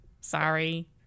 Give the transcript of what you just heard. Sorry